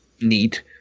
neat